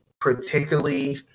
particularly